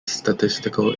statistical